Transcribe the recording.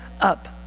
up